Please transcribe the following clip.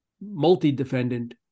multi-defendant